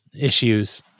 issues